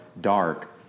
dark